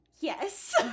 Yes